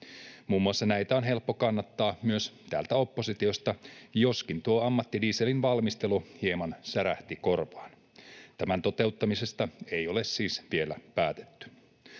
Muun muassa näitä on helppo kannattaa myös täältä oppositiosta, joskin tuo ammattidieselin valmistelu hieman särähti korvaan — tämän toteuttamisesta ei ole siis vielä päätetty.